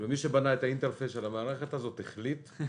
מי שבנה את האינטרפייס של המערכת הזאת החליט שהוא